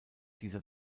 dieser